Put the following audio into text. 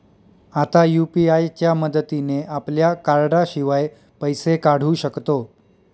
आता यु.पी.आय च्या मदतीने आपल्या कार्डाशिवाय पैसे काढू शकतो